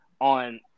On